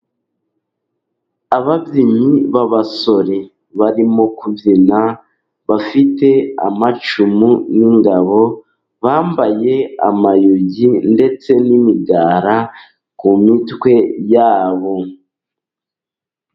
Ababyinnyi b'abasore， barimo kubyina bafite amacumu n'ingabo，bambaye amayugi ndetse n'imigara， ku mitwe yabo.